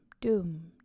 doom